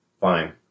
fine